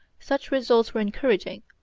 such results were encouraging.